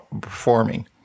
performing